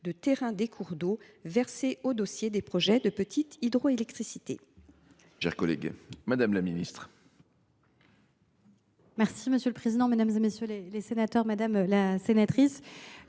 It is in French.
de terrain des cours d’eau versées aux dossiers des projets de petite hydroélectricité